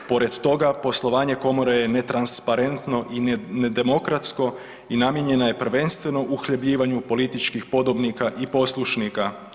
Pored toga poslovanje komore je netransparentno i nedemokratsko i namijenjena je prvenstveno uhljebljivanju političkih podobnika i poslušnika.